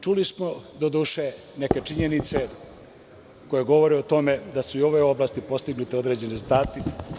Čuli smo, doduše, neke činjenice koje govore o tome da su i u ovoj oblasti postignuti određeni rezultati.